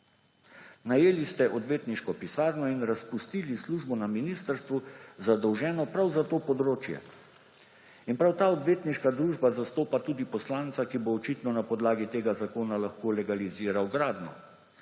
Najeli ste odvetniško pisarno in razpustili službo na ministrstvu, zadolženo prav za to področje. In prav ta odvetniška družba zastopa tudi poslanca, ki bo očitno na podlagi tega zakona lahko legaliziral gradnjo.